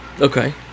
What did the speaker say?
Okay